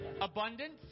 Abundance